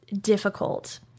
difficult